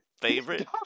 favorite